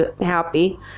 happy